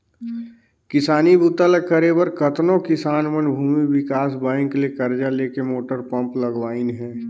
किसानी बूता ल करे बर कतनो किसान मन भूमि विकास बैंक ले करजा लेके मोटर पंप लगवाइन हें